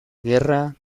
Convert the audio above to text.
guerra